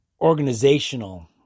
organizational